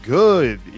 good